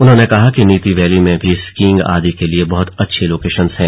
उन्होंने कहा कि नीति वैली में भी स्कीइंग आदि के लिए बहुत अच्छी लोकेशन्स हैं